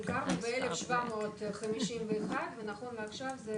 הכרנו ב-1,751 ונכון לעכשיו זה